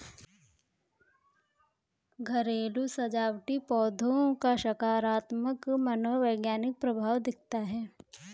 घरेलू सजावटी पौधों का सकारात्मक मनोवैज्ञानिक प्रभाव दिखता है